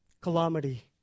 calamity